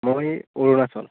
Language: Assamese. মই অৰুণাচল